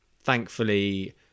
thankfully